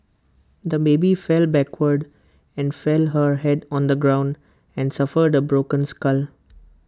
the baby fell backwards and fit her Head on the ground and suffered A broken skull